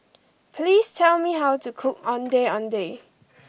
please tell me how to cook Ondeh Ondeh